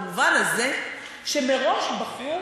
במובן הזה שמראש בחרו